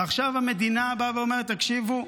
ועכשיו המדינה באה ואומרת: תקשיבו,